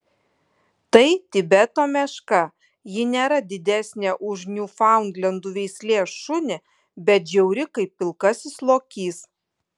tai tibeto meška ji nėra didesnė už niūfaundlendų veislės šunį bet žiauri kaip pilkasis lokys